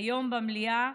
היום במליאה,